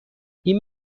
این